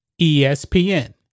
ESPN